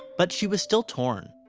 but she was still torn.